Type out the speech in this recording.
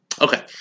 Okay